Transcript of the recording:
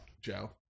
Joe